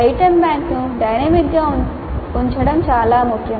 item బ్యాంక్ను డైనమిక్గా ఉంచడం చాలా ముఖ్యం